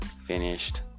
finished